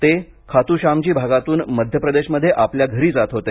ते खातुश्मामजी भागातून मध्य प्रदेशमध्ये आपल्या घरी जात होते